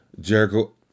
Jericho